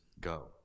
go